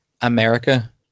america